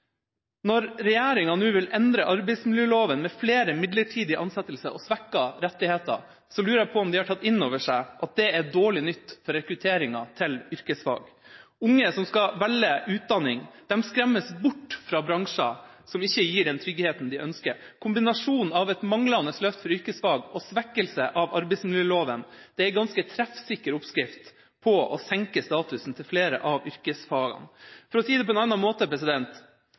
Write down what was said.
Når regjeringa nå vil endre arbeidsmiljøloven med flere midlertidige ansettelser og svekkede rettigheter, lurer jeg på om de har tatt inn over seg at det er dårlig nytt for rekrutteringa til yrkesfag. Unge som skal velge utdanning, skremmes bort fra bransjer som ikke gir den tryggheten de ønsker. Kombinasjonen av et manglende løft for yrkesfag og svekkelse av arbeidsmiljøloven er en ganske treffsikker oppskrift på å senke statusen til flere av yrkesfagene. For å si det på en annen måte: